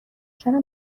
چرا